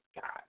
God